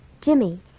Jimmy